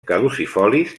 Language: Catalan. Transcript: caducifolis